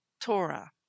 Torah